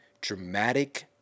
dramatic